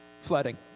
Flooding